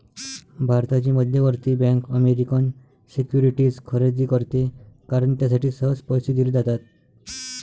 भारताची मध्यवर्ती bank American securities खरेदी करते कारण त्यासाठी सहज पैसे दिले जातात